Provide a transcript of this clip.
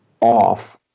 off